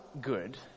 good